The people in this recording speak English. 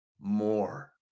more